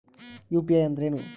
UPI ಅಂದ್ರೆ ಏನು?